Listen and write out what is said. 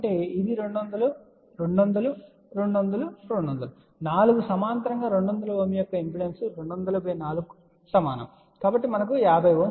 కాబట్టి ఇది 200 200 200 200 4 సమాంతరంగా 200 Ω యొక్క ఇంపిడెన్సులు 2004 కు సమానం కాబట్టి మనకు 50 Ω లభిస్తుంది